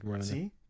See